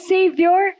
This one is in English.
Savior